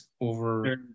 over